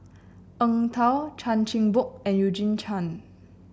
Eng Tow Chan Chin Bock and Eugene Chen